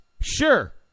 Sure